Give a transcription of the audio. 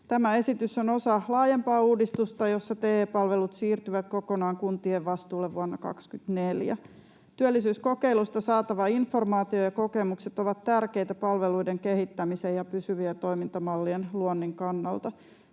Tämä esitys on osa laajempaa uudistusta, jossa TE-palvelut siirtyvät kokonaan kuntien vastuulle vuonna 24. Työllisyyskokeilusta saatava informaatio ja kokemukset ovat tärkeitä palveluiden kehittämisen ja pysyvien toimintamallien luonnin kannalta.